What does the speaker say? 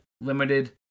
limited